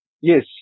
yes